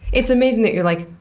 it's amazing that you're like,